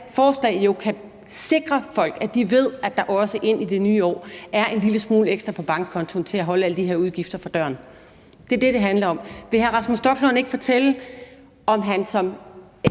her forslag kan jo sikre folk, at de ved, at der også ind i det nye år er en lille smule ekstra på bankkontoen til at holde alle de her udgifter fra døren. Det er det, det handler om. Vil hr. Rasmus Stoklund ikke fortælle, om han som